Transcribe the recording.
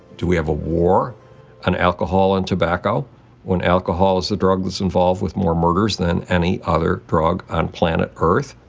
do we have a war on and alcohol and tobacco when alcohol is the drug that's involved with more murders than any other drug on planet earth?